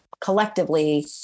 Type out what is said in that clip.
collectively